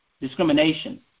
discrimination